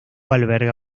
alberga